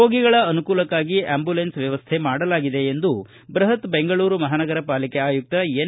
ರೋಗಿಗಳ ಅನುಕೂಲಕ್ಕಾಗಿ ಆಂಬುಲೆನ್ಸ್ ವ್ಯವಸ್ಥೆ ಮಾಡಲಾಗಿದೆ ಎಂದು ಬೃಹತ್ ಬೆಂಗಳೂರು ಮಹಾನಗರ ಪಾಲಿಕೆ ಆಯುಕ್ತ ಎನ್